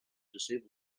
disabled